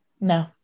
no